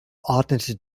ordnete